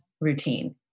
routine